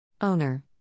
Owner